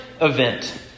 event